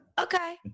Okay